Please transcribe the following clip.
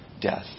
death